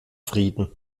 frieden